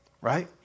right